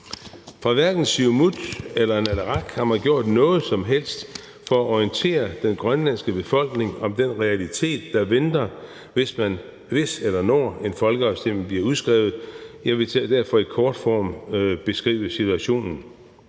Fra hverken Siumuts eller Naleraqs side har man gjort noget som helst for at orientere den grønlandske befolkning om den realitet, der venter, hvis eller når en folkeafstemning bliver udskrevet. Jeg vil derfor i kort form beskrive situationen: